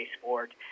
sport